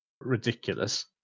ridiculous